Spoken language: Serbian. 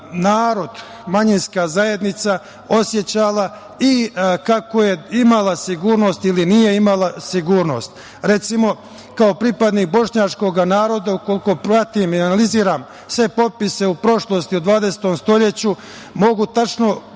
narod, manjinska zajednica osećala i kako je imala sigurnosti ili nije imala sigurnost. Recimo, kao pripadnik bošnjačkog naroda, koliko pratim i analiziram sve potpise u prošlosti u dvadesetom veku, mogu tačno